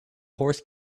horse